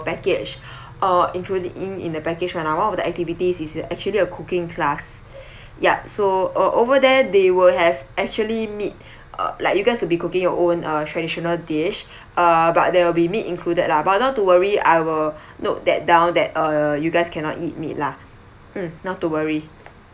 package uh including in the package [one] ah one of the activities is actually a cooking class ya so uh over there they will have actually meat uh like you guys will be cooking your own uh traditional dish uh but there will be meat included lah but not to worry I will note that down that uh you guys cannot eat meat lah mm not to worry